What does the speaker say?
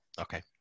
Okay